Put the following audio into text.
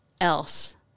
else